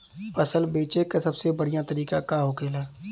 फसल बेचे का सबसे बढ़ियां तरीका का होखेला?